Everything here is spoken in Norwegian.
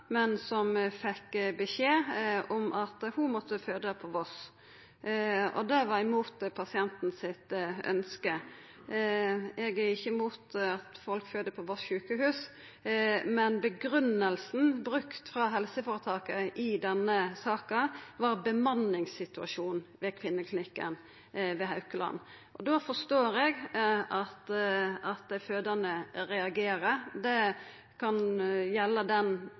men som fekk beskjed om at ho måtte føda på Voss. Det var mot pasienten sitt ønske. Eg er ikkje imot at folk føder på Voss sjukehus, men grunngivinga brukt frå helseføretaket i denne saka var bemanningssituasjonen ved Kvinneklinikken på Haukeland. Da forstår eg at dei fødande reagerer. Det kan gjelda den